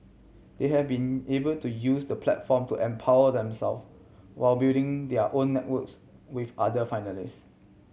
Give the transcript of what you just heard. they have been able to use the platform to empower them self while building their own networks with other finalist